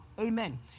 Amen